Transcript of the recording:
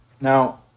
Now